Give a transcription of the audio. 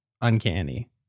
uncanny